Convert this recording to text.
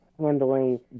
handling